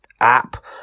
app